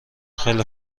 خیلی